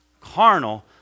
carnal